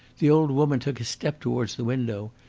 the old woman took a step towards the window,